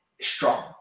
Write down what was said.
strong